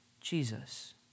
Jesus